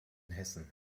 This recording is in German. hessen